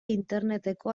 interneteko